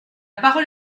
parole